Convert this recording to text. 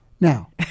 Now